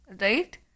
right